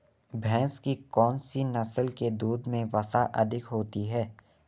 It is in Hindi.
भैंस की कौनसी नस्ल के दूध में वसा अधिक होती है?